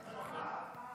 לדובר הבא.